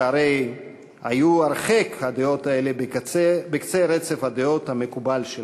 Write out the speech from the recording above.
שהרי הדעות האלה היו הרחק בקצה רצף הדעות המקובל שלנו.